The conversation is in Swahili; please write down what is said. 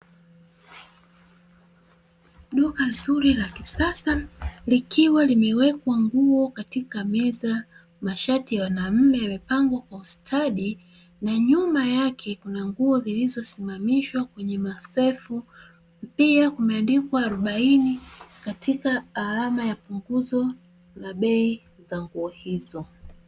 Duka zuri la kisasa likiwa limewekwa nguo katika meza mashati ya wanamme yamepangwa kwa ustadi na nyuma yake kuna nguo zilizosimamishwa kwenye masherifu, pia kumeandikwa arobaini katika alama ya punguzo la bei katika nguo hizo.